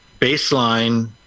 baseline